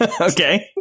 okay